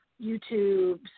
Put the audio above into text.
YouTube